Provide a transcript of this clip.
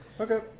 Okay